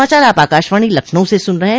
यह समाचार आप आकाशवाणी लखनऊ से सुन रहे हैं